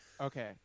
Okay